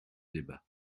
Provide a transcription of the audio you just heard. débat